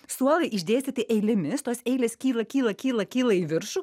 suolai išdėstyti eilėmis tos eilės kyla kyla kyla kyla į viršų